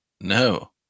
No